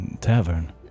tavern